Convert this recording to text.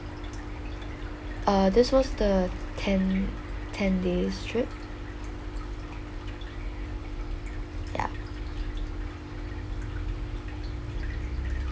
uh this was the ten ten days trip yup